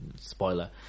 spoiler